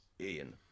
Ian